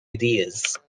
ideas